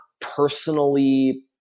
personally